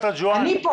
אני פה.